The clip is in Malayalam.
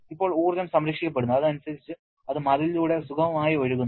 ഇപ്പോൾ ഊർജ്ജം സംരക്ഷിക്കപ്പെടുന്നു അതനുസരിച്ച് അത് മതിലിലൂടെ സുഗമമായി ഒഴുകുന്നു